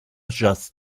just